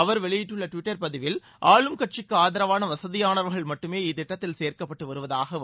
அவர் வெளியிட்டுள்ள டுவிட்டர் பதிவில் ஆளும் கட்சிக்கு ஆதரவான வசதியானவர்கள் மட்டுமே இத்திட்டத்தில் சேர்க்கப்பட்டு வருவதாகவும்